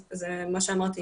אז מה שאמרתי,